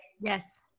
Yes